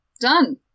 Done